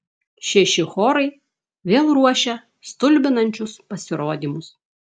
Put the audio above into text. šeši chorai vėl ruošia stulbinančius pasirodymus